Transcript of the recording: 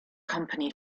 company